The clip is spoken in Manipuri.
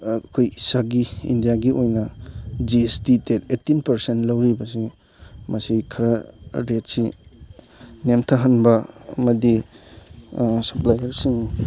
ꯑꯩꯈꯣꯏ ꯏꯁꯥꯒꯤ ꯏꯟꯗꯤꯌꯥꯒꯤ ꯑꯣꯏꯅ ꯖꯤ ꯑꯦꯁ ꯇꯤ ꯇꯦꯛꯁ ꯑꯩꯠꯇꯤꯟ ꯄꯔꯁꯦꯟ ꯂꯧꯔꯤꯕꯁꯦ ꯃꯁꯤ ꯈꯔ ꯔꯦꯠꯁꯤ ꯅꯦꯝꯊꯍꯟꯕ ꯑꯃꯗꯤ ꯁꯞꯄ꯭ꯂꯥꯏꯌꯔꯁꯤꯡ